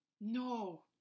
No